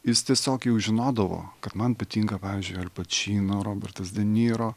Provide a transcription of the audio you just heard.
jis tiesiog jau žinodavo kad man patinka pavyzdžiui al pačino robertas de niro